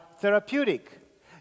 therapeutic